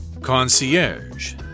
Concierge